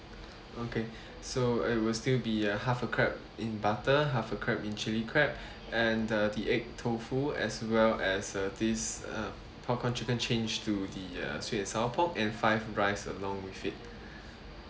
okay so it will still be uh half a crab in butter have a crab in chili crab and uh the egg tofu as well as uh this uh popcorn chicken change to the uh sweet and sour pork and five rice along with it